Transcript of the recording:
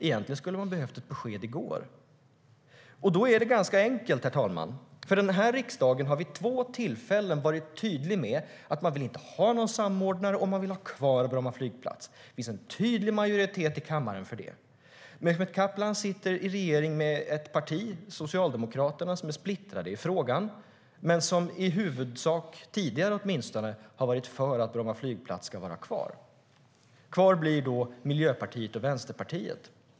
Man skulle egentligen ha behövt ett besked i går. Mehmet Kaplan sitter i regering med ett parti, Socialdemokraterna, som är splittrat i frågan men som i huvudsak - tidigare, åtminstone - har varit för att Bromma flygplats ska vara kvar. Kvar blir då Miljöpartiet och Vänsterpartiet.